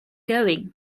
going